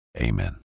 amen